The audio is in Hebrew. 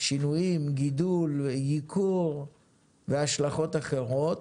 שינויים, גידול, ייקור והשלכות אחרות.